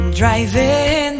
driving